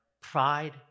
pride